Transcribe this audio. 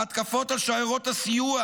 ההתקפות על שיירות הסיוע,